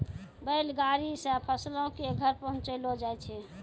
बैल गाड़ी से फसलो के घर पहुँचैलो जाय रहै